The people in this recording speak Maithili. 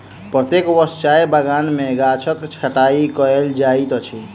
प्रत्येक वर्ष चाय बगान में गाछक छंटाई कयल जाइत अछि